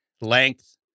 length